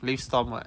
leave storm [what]